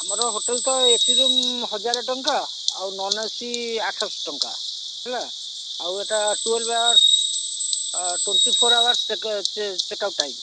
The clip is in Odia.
ଆମର ହୋଟେଲ ତ ଏ ସି ରୁମ୍ ହଜାର ଟଙ୍କା ଆଉ ନନ୍ ଏ ସି ଆଠଶହ ଟଙ୍କା ହେଲା ଆଉ ଏଇଟା twelve hours twenty four hours check out time